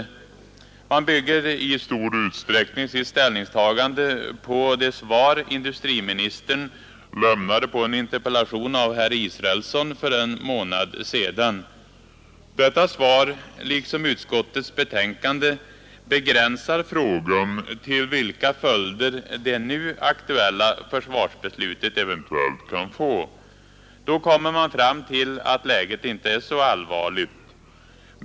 Utskottet bygger i stor utsträckning sitt ställningstagande på det svar industriministern lämnade på en interpellation av herr Israelsson för en månad sedan. Detta svar, liksom utskottets betänkande, begränsar frågan till vilka följder det nu aktuella försvarsbeslutet eventuellt kan få. Då kommer man fram till att läget inte är särskilt allvarligt.